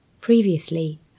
Previously